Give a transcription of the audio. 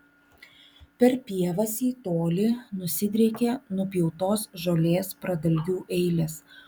per pievas į tolį nusidriekė nupjautos žolės pradalgių eilės